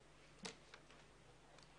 בבקשה.